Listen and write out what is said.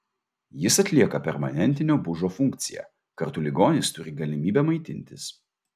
jis atlieka permanentinio bužo funkciją kartu ligonis turi galimybę maitintis